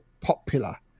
popular